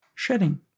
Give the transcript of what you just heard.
shedding